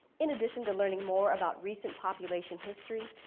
in addition to learning more about recent population history,